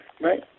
Right